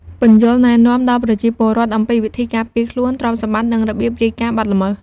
ពន្យល់ណែនាំដល់ប្រជាពលរដ្ឋអំពីវិធីការពារខ្លួន ទ្រព្យសម្បត្តិ និងរបៀបរាយការណ៍បទល្មើស។